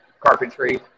carpentry